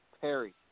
Perry